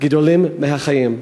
גדולים מהחיים.